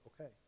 okay